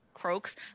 croaks